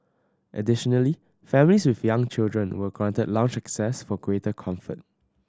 additionally families with young children were granted lounge access for greater comfort